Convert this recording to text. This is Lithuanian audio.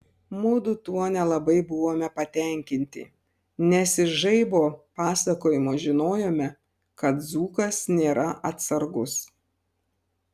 mudu tuo nelabai buvome patenkinti nes iš žaibo pasakojimo žinojome kad dzūkas nėra atsargus